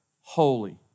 holy